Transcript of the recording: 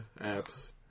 Apps